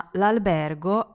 l'albergo